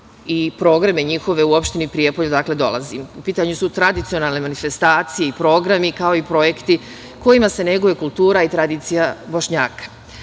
i programe njihove u opštini Prijepolje, odakle dolazim. U pitanju su tradicionalne manifestacije i programi, kao i projekti kojima se neguje kultura i tradicija Bošnjaka.